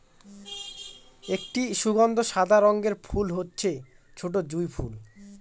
একটি সুগন্ধি সাদা রঙের ফুল হচ্ছে ছোটো জুঁই ফুল